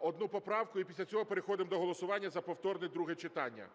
одну поправку, і після цього переходимо до голосування за повторне друге читання.